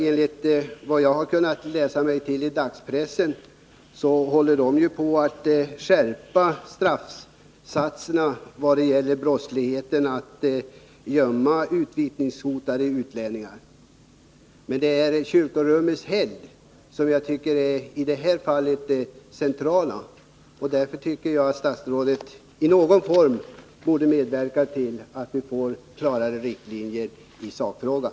Enligt vad jag kunnat läsa mig till i dagspressen tycks utredningen vara inne på en skärpning av straffsatserna för de brott som består i att man gömmer utvisningshotade utlänningar. Men det är kyrkorummets helgd som i detta fall är det centrala. Därför tycker jag att statsrådet i någon form borde medverka till att vi får klarare riktlinjer i sakfrågan.